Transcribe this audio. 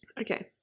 Okay